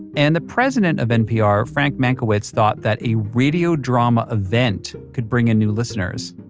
and the president of npr, frank mankiewicz, thought that a radio drama event could bring in new listeners.